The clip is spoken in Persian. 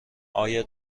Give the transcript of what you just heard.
آیا